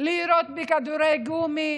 לירות כדורי גומי,